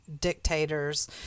dictators